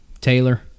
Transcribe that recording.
Taylor